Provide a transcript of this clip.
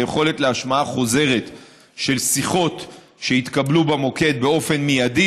היכולת להשמעה חוזרת של שיחות שהתקבלו במוקד באופן מיידי